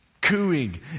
cooing